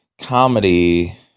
comedy